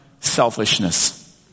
selfishness